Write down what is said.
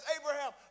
Abraham